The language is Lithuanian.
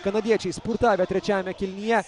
kanadiečiai spurtavę trečiajame kėlinyje